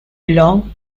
belong